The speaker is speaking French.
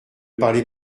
parlez